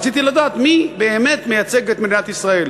רציתי לדעת מי באמת מייצג את מדינת ישראל,